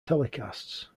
telecasts